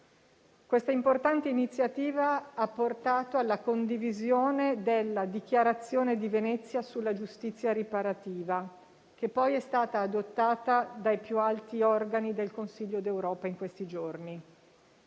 Questa importante iniziativa ha portato alla condivisione della Dichiarazione di Venezia sulla giustizia riparativa, che poi è stata adottata dai più alti organi del Consiglio d'Europa in questi giorni.